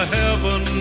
heaven